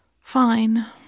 Fine